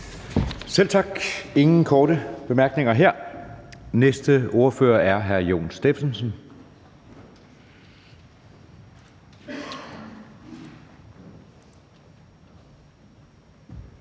Selv tak. Der er ingen korte bemærkninger her. Næste ordfører er hr. Jon Stephensen.